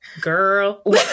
girl